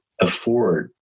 afford